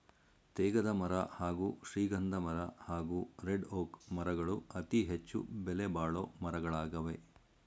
ತೇಗದಮರ ಹಾಗೂ ಶ್ರೀಗಂಧಮರ ಹಾಗೂ ರೆಡ್ಒಕ್ ಮರಗಳು ಅತಿಹೆಚ್ಚು ಬೆಲೆಬಾಳೊ ಮರಗಳಾಗವೆ